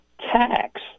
tax